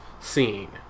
scene